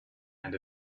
and